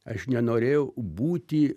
aš nenorėjau būti